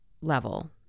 level